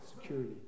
security